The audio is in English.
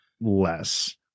less